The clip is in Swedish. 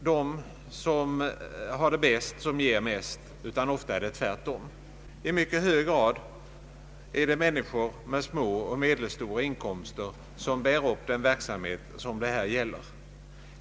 de som har det bäst som ger mest, utan ofta är det tvärtom. I mycket hög grad är det människor med små och medelstora inkomster som bär upp den verksamhet som det här gäller.